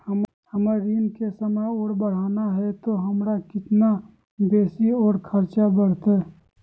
हमर ऋण के समय और बढ़ाना है तो हमरा कितना बेसी और खर्चा बड़तैय?